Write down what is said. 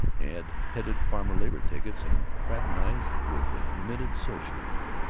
had headed farmer-labor tickets and fraternized with admitted socialists.